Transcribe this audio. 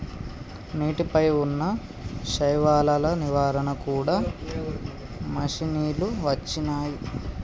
నీటి పై వున్నా శైవలాల నివారణ కూడా మషిణీలు వచ్చినాయి